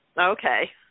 Okay